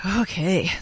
Okay